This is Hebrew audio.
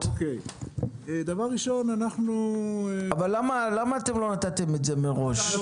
אבל למה אתם לא נתתם את זה מראש?